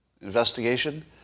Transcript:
investigation